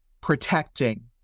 protecting